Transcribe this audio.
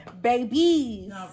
babies